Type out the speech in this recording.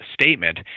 statement